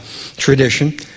tradition